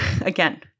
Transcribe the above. again